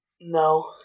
No